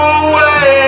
away